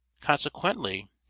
Consequently